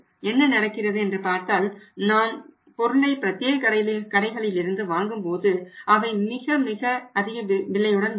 என்ன நடக்கிறது என்று பார்த்தால் நான் பொருளை பிரத்தியேக கடைகளிலிருந்து வாங்கும்போது அவை மிக மிக அதிக விலையுடன் உள்ளன